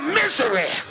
misery